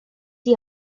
die